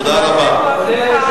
תודה רבה.